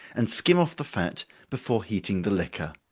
and skim off the fat before heating the liquor.